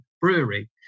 brewery